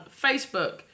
Facebook